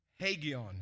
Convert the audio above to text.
Hagion